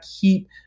keep